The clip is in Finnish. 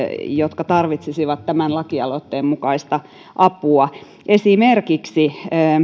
jotka tarvitsisivat tämän lakialoitteen mukaista apua esimerkiksi